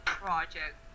project